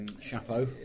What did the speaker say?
Chapeau